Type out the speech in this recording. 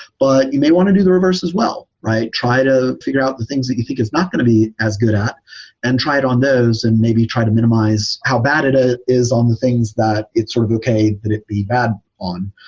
but you may want to do the reverse as well, right? try to figure out the things that you think is not going to be as good at and try it on those and maybe try to minimize how bad it ah is on the things that it's sort of okay, but it'd be bad on.